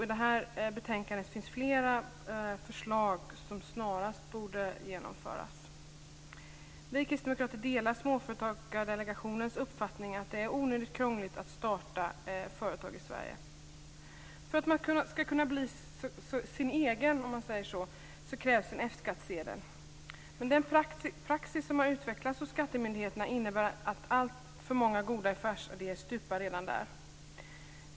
I detta betänkande finns flera förslag som snarast borde genomföras. Vi kristdemokrater delar Småföretagsdelegationens uppfattning att det är onödigt krångligt att starta företag i Sverige. För att man skall kunna bli "sin egen" krävs en F-skattsedel. Men den praxis om har utvecklats hos skattemyndigheterna innebär att alltför många goda affärsidéer stupar redan där.